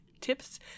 tips